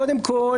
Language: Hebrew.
קודם כול,